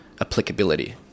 applicability